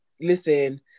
listen